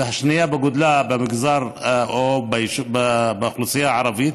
והשנייה בגודלה במגזר או באוכלוסייה הערבית